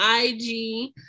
ig